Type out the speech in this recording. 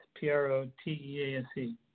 P-R-O-T-E-A-S-E